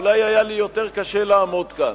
אולי היה לי יותר קשה לעמוד כאן.